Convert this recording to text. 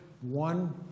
one